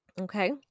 Okay